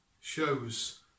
Shows